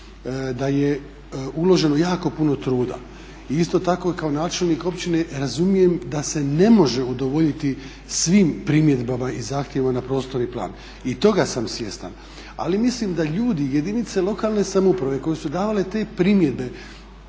da je uloženo jako puno truda i isto tako kao načelnik općine razumijem da se ne može udovoljiti svim primjedbama i zahtjevima na prostorni plan i toga sam svjestan, ali mislim da ljudi, jedinice lokalne samouprave koje su davale te primjedbe